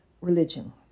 religion